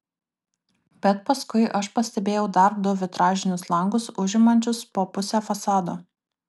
bet paskui aš pastebėjau dar du vitražinius langus užimančius po pusę fasado